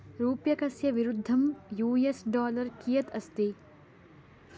रूप्यकस्य विरुद्धं U S dollar कियत् अस्ति